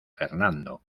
fernando